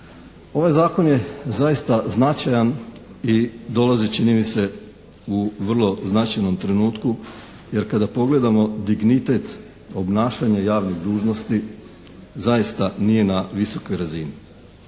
Ovaj zakon je zaista značajan i dolazi čini mi se u vrlo značajnom trenutku, jer kada pogledamo dignitet obnašanja javnih dužnosti zaista nije na visokoj razini.